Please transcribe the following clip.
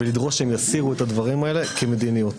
ולדרוש שהם יסירו את הדברים האלה כמדיניות.